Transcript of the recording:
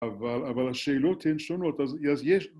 ‫אבל השאלות הן שונות, ‫אז יש...